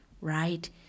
right